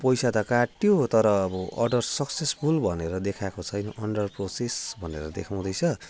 पैसा त काट्यो तर अब अडर सक्सेसफुल भनेर देखाएको छैन अन्डर प्रोसेस भनेर देखाउँदैछ